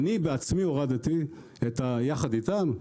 אני בעצמי הורדתי, ביחד איתם.